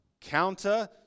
counter